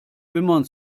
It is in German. wimmern